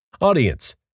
Audience